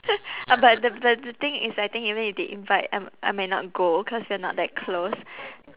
uh but the the the thing is I think even if they invite I m~ I might not go cause we're not that close